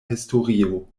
historio